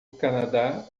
canadá